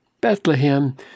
Bethlehem